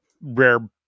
rare